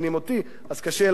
אז קשה יהיה לנו להיפגש באמצע,